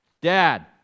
Dad